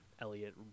Elliot